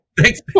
thanks